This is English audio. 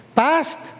past